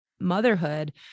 motherhood